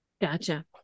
Gotcha